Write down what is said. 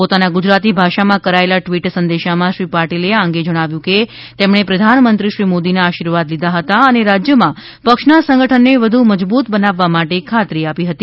પોતાના ગુજરાતી ભાષામાં કરાયેલા ટ્વિટ સંદેશમાં શ્રી પાટિલે આ અંગે જણાવ્યુ હતું કે તેમણે પ્રધાન મંત્રી શ્રી મોદીના આશીર્વાદ લીધા હતા અને રાજયમાં પક્ષના સંગઠનને વધુ મજબૂત બનાવવા માટે ખાત્રીઆપી હતી